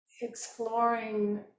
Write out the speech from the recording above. exploring